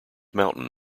mountain